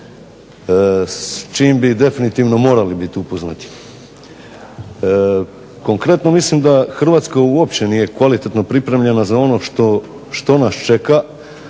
s čim bi definitivno morali biti upoznati. Konkretno, mislim da Hrvatska uopće nije kvalitetno pripremljena za ono što nas čeka,